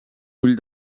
ull